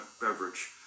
beverage